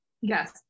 Yes